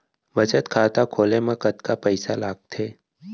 बचत खाता खोले मा कतका पइसा लागथे?